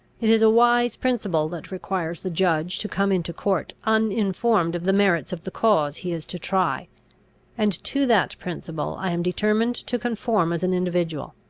it is a wise principle that requires the judge to come into court uninformed of the merits of the cause he is to try and to that principle i am determined to conform as an individual.